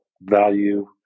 value